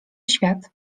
świat